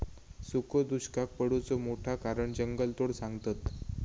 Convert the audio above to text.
सुखो दुष्काक पडुचा मोठा कारण जंगलतोड सांगतत